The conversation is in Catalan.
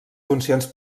funcions